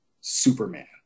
Superman